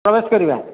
ପ୍ରବେଶ କରିବା